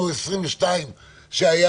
יש לו